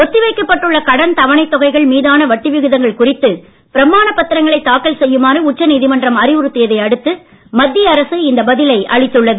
ஒத்தி வைக்கப்பட்டுள்ள கடன் தவணைத் தொகைகள் மீதான வட்டி விகிதங்கள் குறித்து பிரமாணப் பத்திரங்களைத் தாக்கல் செய்யுமாறு உச்ச நீதிமன்றம் அறிவுறுத்தியதை அடுத்து மத்திய அரசு இந்த பதிலை அளித்துள்ளது